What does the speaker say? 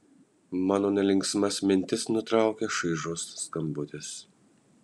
mano nelinksmas mintis nutraukia šaižus skambutis